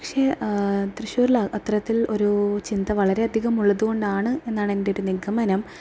പക്ഷെ തൃശ്ശൂരിൽ അത്തരത്തിൽ ഒരു ചിന്ത വളരെയധികം ഉള്ളതുകൊണ്ടാണ് എന്നാണ് എൻ്റെ ഒരു നിഗമനം